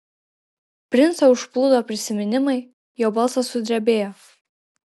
princą užplūdo prisiminimai jo balsas sudrebėjo